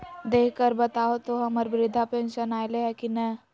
देख कर बताहो तो, हम्मर बृद्धा पेंसन आयले है की नय?